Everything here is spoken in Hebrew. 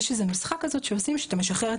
אז יש איזו נוסחה כזאת שעושים שאתה משחרר את